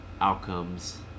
Outcomes